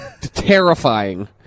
terrifying